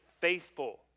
faithful